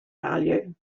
value